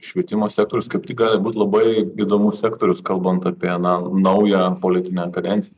švietimo sektorius kaip tik gali būt labai įdomus sektorius kalbant apie na naują politinę kadenciją